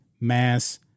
mass